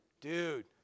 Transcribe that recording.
dude